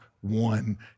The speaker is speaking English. one